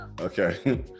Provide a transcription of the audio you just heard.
Okay